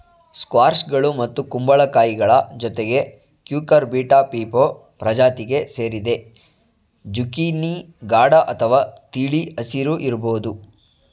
ಸ್ಕ್ವಾಷ್ಗಳು ಮತ್ತು ಕುಂಬಳಕಾಯಿಗಳ ಜೊತೆಗೆ ಕ್ಯೂಕರ್ಬಿಟಾ ಪೀಪೊ ಪ್ರಜಾತಿಗೆ ಸೇರಿದೆ ಜುಕೀನಿ ಗಾಢ ಅಥವಾ ತಿಳಿ ಹಸಿರು ಇರ್ಬೋದು